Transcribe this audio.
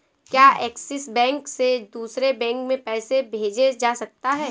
क्या Axis bank से दूसरे बैंक में पैसे भेजे जा सकता हैं?